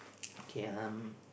K um